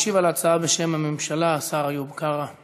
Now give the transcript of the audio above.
משיב על ההצעה, בשם הממשלה, השר איוב קרא.